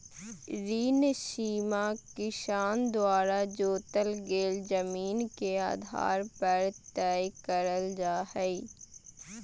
ऋण सीमा किसान द्वारा जोतल गेल जमीन के आधार पर तय करल जा हई